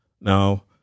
Now